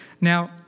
Now